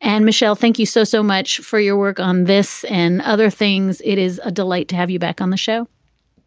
and michelle, thank you so, so much for your work on this and other things. it is a delight to have you back on the show